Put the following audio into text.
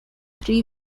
pri